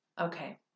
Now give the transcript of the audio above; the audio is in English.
Okay